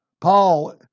Paul